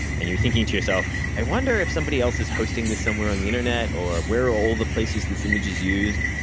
and you're thinking to yourself, i wonder if somebody else is hosting this somewhere on the internet? or where are all the places this image is used,